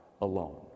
alone